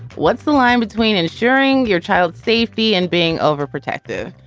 what's the line between and sharing your child's safety and being overprotected?